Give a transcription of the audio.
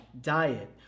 diet